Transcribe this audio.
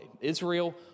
Israel